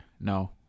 No